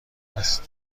است